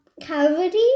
cavity